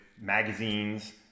magazines